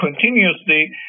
continuously